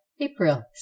April